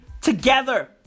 together